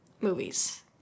movies